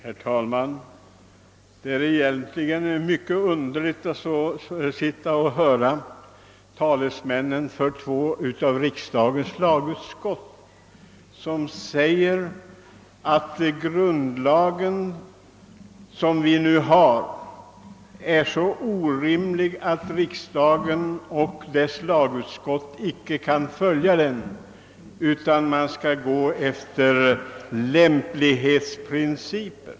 Herr talman! Det är egentligen mycket underligt att höra talesmännen för två av lagutskotten säga, att den nuvarande grundlagen är så orimlig att riksdagen och dess lagutskott icke kan följa den utan måste gå efter lämplighetsprincipen.